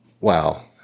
Wow